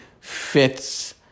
fits